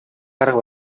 арга